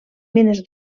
mines